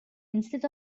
instead